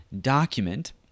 document